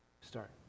start